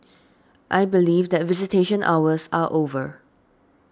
I believe that visitation hours are over